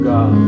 God